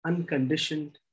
Unconditioned